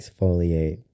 exfoliate